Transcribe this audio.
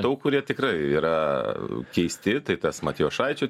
daug kurie jie tikrai yra keisti tai tas matjošaičio